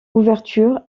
ouverture